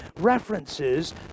references